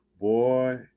Boy